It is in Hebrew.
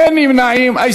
אמנון כהן,